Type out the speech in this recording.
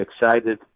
excited